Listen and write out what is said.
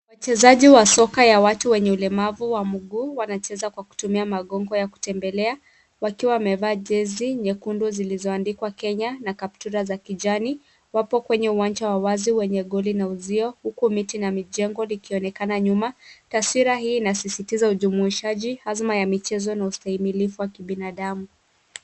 Wachezaji wa soka ya watu wenye ulemavu wa mguu, wanacheza kwa kutumia magongo ya kutembelea, wakiwa wamevaa jezi nyekundu zilizoandikwa Kenya na kaptura za kijani, wapo kwenye uwanja wa wazi wenye goli na uzio huku miti na mijengo likionekana nyuma. Taswira hii inasisitiza ujumuishaji, hazma ya michezo na ustahimilifu wa kibinadamu.